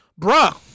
bruh